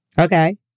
Okay